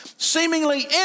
Seemingly